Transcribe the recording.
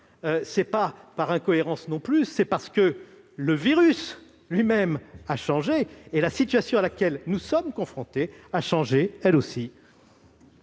ce n'est pas par incohérence. C'est parce que le virus lui-même a changé et que la situation à laquelle nous sommes confrontés s'est modifiée elle aussi.